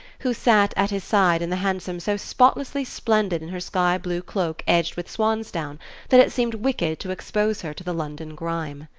who sat at his side in the hansom so spotlessly splendid in her sky-blue cloak edged with swansdown that it seemed wicked to expose her to the london grime.